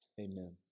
Amen